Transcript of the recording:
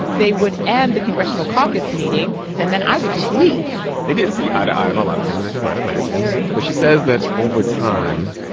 they would end the congressional caucus meeting. and then i would just leave they didn't see eye to eye on a lot of things, as you might imagine. but she says that over time,